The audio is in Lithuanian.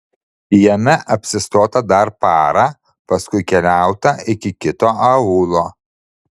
jame apsistota dar parą paskui keliauta iki kito aūlo